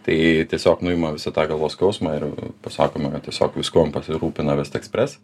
tai tiesiog nuima visą tą galvos skausmą ir pasakoma tiesiog viskuom pasirūpina vest ekspres